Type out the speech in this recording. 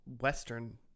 western